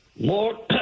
More